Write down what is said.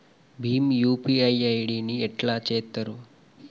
Bhim UPI ID ని ఎట్లా చేత్తరు?